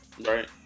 Right